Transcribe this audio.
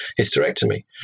hysterectomy